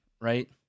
right